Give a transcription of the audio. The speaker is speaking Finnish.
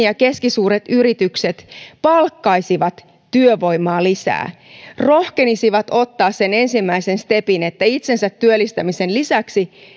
ja keskisuuret yritykset palkkaisivat työvoimaa lisää rohkenisivat ottaa sen ensimmäisen stepin että itsensä työllistämisen lisäksi